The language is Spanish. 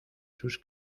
sus